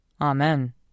Amen